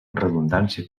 redundància